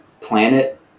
planet